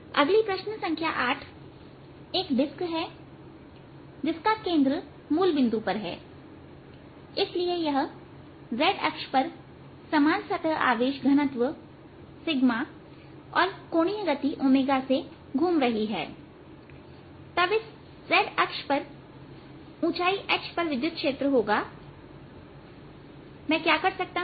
अगली प्रश्न संख्या 8 एक डिस्क है जिसका केंद्र मूल बिंदु पर है इसलिए यह z अक्ष पर समान सतह आवेश घनत्व और यह कोणीय गति से घूम रहा है तब इस z अक्ष पर ऊंचाई h पर विद्युत क्षेत्र होगा मैं क्या कर सकता हूं